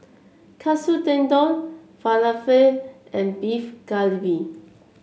Katsu Tendon Falafel and Beef Galbi